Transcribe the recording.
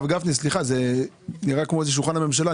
אגב, גפני, סליחה, זה נראה כמו שולחן הממשלה.